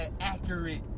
accurate